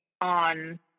on